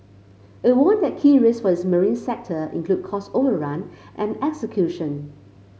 it warned that key risks for its marine sector include cost overrun and execution